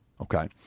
Okay